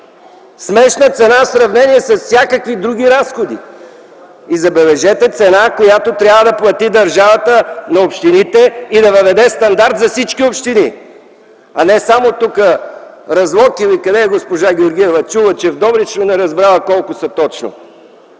Смешна цена в сравнение с всякакви други разходи. Забележете, цена, която трябва да плати държавата на общините и да въведе стандарт за всички общини, а не само за Разлог. Къде е госпожа Георгиева, защото чула, че в Добрич, но не разбрала колко са точно.